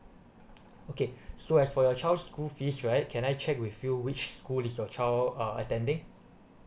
okay so as for your child school fees right can I check with you which school is your child uh attending